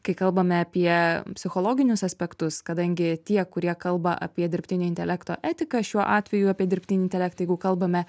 kai kalbame apie psichologinius aspektus kadangi tie kurie kalba apie dirbtinio intelekto etiką šiuo atveju apie dirbtinį intelektą jeigu kalbame